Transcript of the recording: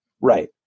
right